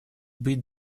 быть